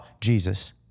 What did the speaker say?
Jesus